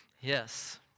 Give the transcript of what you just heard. yes